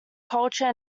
culture